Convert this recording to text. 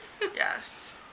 Yes